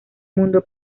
mundo